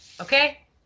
Okay